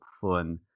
fun